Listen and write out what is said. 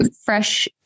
fresh